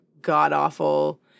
god-awful